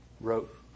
wrote